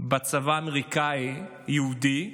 בצבא האמריקאי, יהודי,